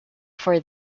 for